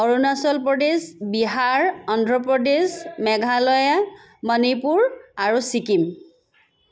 অৰুণাচল প্ৰদেশ বিহাৰ অন্ধ্ৰপ্ৰদেশ মেঘালয় মণিপুৰ আৰু ছিকিম